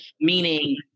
meaning